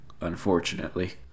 Unfortunately